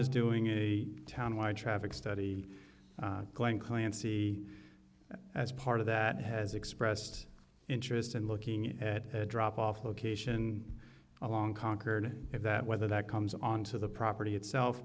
is doing a town wide traffic study going clancy as part of that has expressed interest in looking at a drop off location along concord if that whether that comes on to the property itself